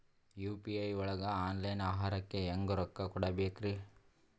UPI ಒಳಗ online ಆಹಾರಕ್ಕೆ ಹೆಂಗ್ ರೊಕ್ಕ ಕೊಡಬೇಕ್ರಿ?